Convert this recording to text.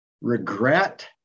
regret